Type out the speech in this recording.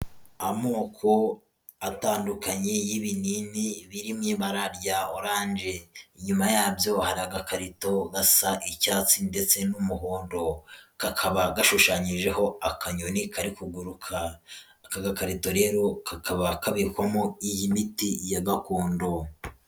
Amoko atandukanye y'ibinini biri mu ibara rya oranje, inyuma yabyo hari agakarito gasa icyatsi ndetse n'umuhondo, kakaba gashushanyijeho akanyoni kari kuguruka, aka gakarito rero kakaba kabikwamo iyi miti ya gakondo.